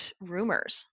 rumors